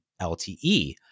lte